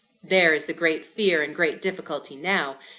there is the great fear and great difficulty now!